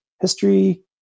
history